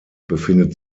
befindet